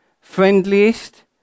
friendliest